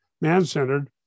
man-centered